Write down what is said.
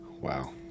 Wow